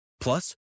Plus